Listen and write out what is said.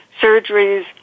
surgeries